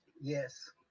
Yes